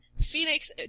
Phoenix